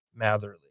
Matherly